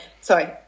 sorry